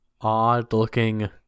odd-looking